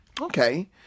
Okay